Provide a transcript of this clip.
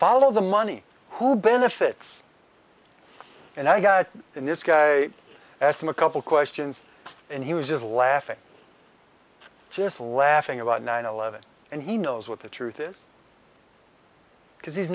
follow the money who benefits and i got in this guy as in a couple questions and he was just laughing just laughing about nine eleven and he knows what the truth is because he's